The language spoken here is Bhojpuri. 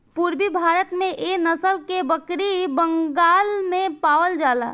पूरबी भारत में एह नसल के बकरी बंगाल में पावल जाला